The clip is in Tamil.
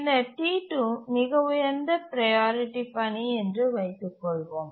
பின்னர் T2 மிக உயர்ந்த ப்ரையாரிட்டி பணி என்று வைத்துக் கொள்வோம்